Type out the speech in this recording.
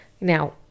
Now